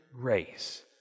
grace